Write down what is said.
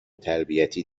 تربیتی